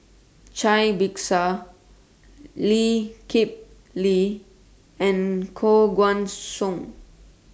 Cai Bixia Lee Kip Lee and Koh Guan Song